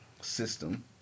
system